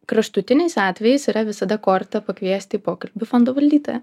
kraštutiniais atvejais yra visada korta pakviesti į pokalbį fondo valdytoją